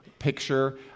picture